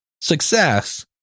success